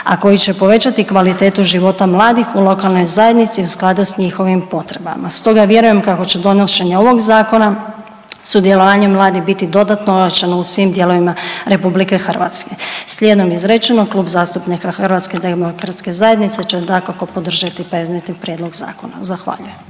a koji će povećati kvalitetu života mladih u lokalnoj zajednici u skladu sa njihovim potrebama. Stoga vjerujem kako će donošenje ovog zakona, sudjelovanje mladih biti dodatno ojačano u svim dijelovima Republike Hrvatske. Slijedom izrečenog Klub zastupnika Hrvatske demokratske zajednice će dakako podržati predmetni prijedlog zakona. Zahvaljujem.